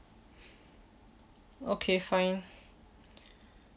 okay fine